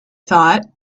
thought